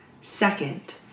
second